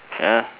ya